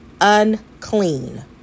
unclean